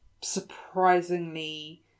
surprisingly